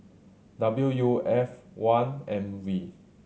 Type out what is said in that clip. W U F one M V